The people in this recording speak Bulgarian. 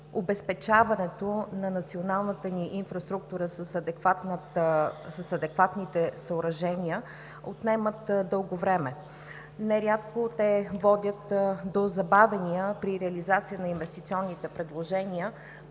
обезпечаването на националната ни инфраструктура с адекватните съоръжения, отнемат дълго време. Нерядко те водят до забавяния при реализация на инвестиционните предложения,